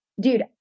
dude